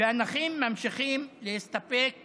והנכים ממשיכים להסתפק